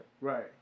Right